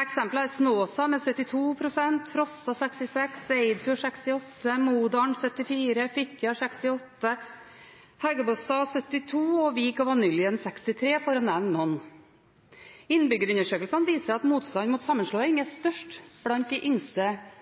Eksempel er Snåsa med 72 pst., Frosta 66 pst, Eidfjord 68 pst., Modalen 74 pst., Fitjar 68 pst., Hægebostad 72 pst. og Vik og Vanylven 63 pst., for å nevne noen. Innbyggerundersøkelsene viser at motstanden mot sammenslåing er størst blant de yngste